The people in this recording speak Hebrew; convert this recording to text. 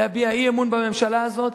להביע אי-אמון בממשלה הזאת,